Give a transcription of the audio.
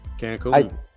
Cancun